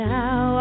now